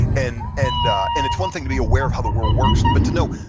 and and and it's one thing to be aware of how the world works, but to know,